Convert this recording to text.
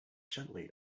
gently